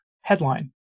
Headline